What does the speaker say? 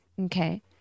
Okay